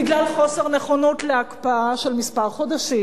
בגלל חוסר נכונות להקפאה של מספר חודשים,